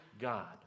God